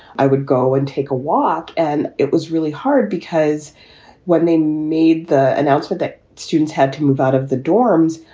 i would go and take a walk. and it was really hard because when they made the announcement that students had to move out of the dorms,